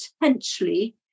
potentially